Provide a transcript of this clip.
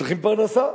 צריכים פרנסה.